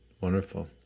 Wonderful